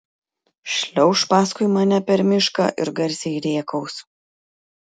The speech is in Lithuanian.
šliauš paskui mane per mišką ir garsiai rėkaus